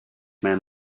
man